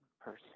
person